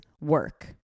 work